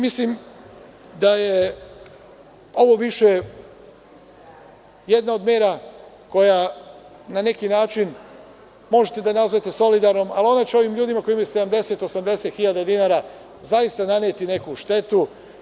Mislim da je ovo više jedna od mera koju, na neki način, možete da nazovete solidarnom, ali ona će ovim ljudima koji imaju 70.000, 80.000 dinara zaista naneti neku štetu.